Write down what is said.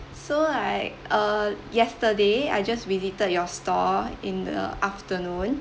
so like uh yesterday I just visited your store in the afternoon